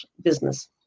business